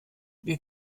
wir